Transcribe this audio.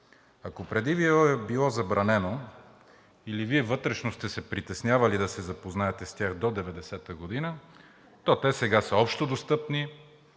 Ако преди Ви е било забранено или Вие вътрешно сте се притеснявали да се запознаете с тях до 1990 г., то те сега са общодостъпни.